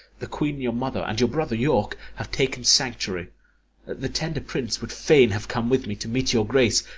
the queen your mother and your brother york have taken sanctuary the tender prince would fain have come with me to meet your grace,